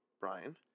Brian